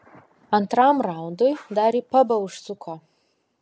antram raundui dar į pabą užsuko